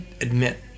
admit